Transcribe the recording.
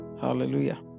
Hallelujah